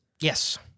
Yes